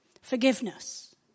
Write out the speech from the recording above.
forgiveness